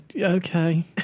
okay